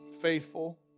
faithful